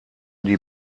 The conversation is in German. die